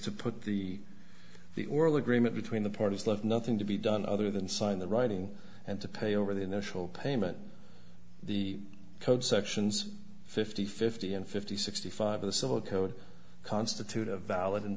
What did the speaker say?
to put the the oral agreement between the parties left nothing to be done other than sign the writing and to pay over the initial payment the code sections fifty fifty and fifty sixty five the civil code constitute a valid and